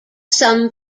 some